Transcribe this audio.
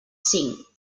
cinc